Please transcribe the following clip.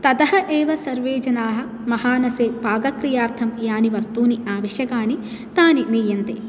ततः एव सर्वे जनाः महानसे पाकक्रियार्थं यानि वस्तूनि आवश्यकानि तानि नीयन्ते